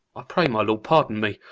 i pray my lord pardon me,